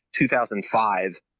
2005